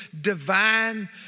divine